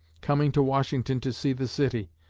coming to washington to see the city,